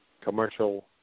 commercial